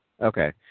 Okay